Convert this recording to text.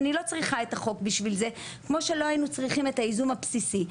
אני לא צריכה את החוק בשביל זה כמו שלא היינו צריכים את הייזום הבסיסי,